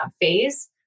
phase